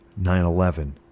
9-11